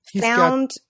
Found